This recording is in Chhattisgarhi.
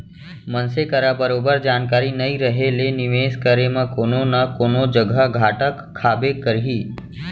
मनसे करा बरोबर जानकारी नइ रहें ले निवेस करे म कोनो न कोनो जघा घाटा खाबे करही